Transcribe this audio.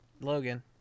Logan